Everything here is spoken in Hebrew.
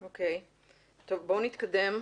נתקדם.